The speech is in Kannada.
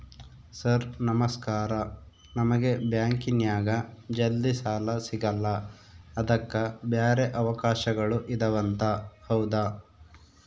ಸರ್ ನಮಸ್ಕಾರ ನಮಗೆ ಬ್ಯಾಂಕಿನ್ಯಾಗ ಜಲ್ದಿ ಸಾಲ ಸಿಗಲ್ಲ ಅದಕ್ಕ ಬ್ಯಾರೆ ಅವಕಾಶಗಳು ಇದವಂತ ಹೌದಾ?